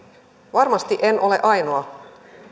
varmasti en ole ainoa